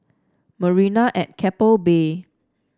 Marina at Keppel Bay